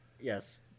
Yes